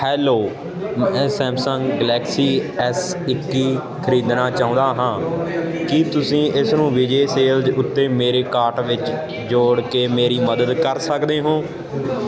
hello ਮੈਂ Samsung Galaxy S ਇੱਕੀ ਖਰੀਦਣਾ ਚਾਹੁੰਦਾ ਹਾਂ ਕੀ ਤੁਸੀਂ ਇਸ ਨੂੰ ਵਿਜੇ ਸੇਲਜ਼ ਉੱਤੇ ਮੇਰੇ ਕਾਰਟ ਵਿੱਚ ਜੋੜ ਕੇ ਮੇਰੀ ਮਦਦ ਕਰ ਸਕਦੇ ਹੋ